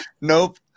Nope